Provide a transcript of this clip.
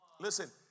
Listen